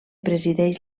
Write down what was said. presideix